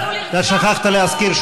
ניסו לרצוח אותו.